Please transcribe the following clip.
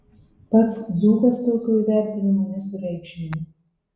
pats dzūkas tokio įvertinimo nesureikšmina